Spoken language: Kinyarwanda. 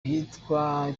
ahitwa